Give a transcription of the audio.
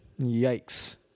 Yikes